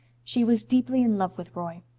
she was deeply in love with roy.